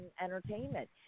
entertainment